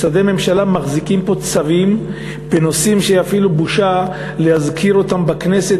משרדי ממשלה מחזיקים פה צווים בנושאים שאפילו בושה להזכיר אותם בכנסת,